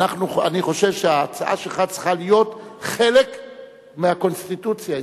אני חושב שההצעה שלך צריכה להיות חלק מהקונסטיטוציה הישראלית.